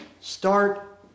Start